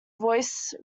voice